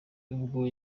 ubwo